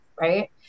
right